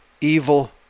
evil